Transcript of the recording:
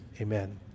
Amen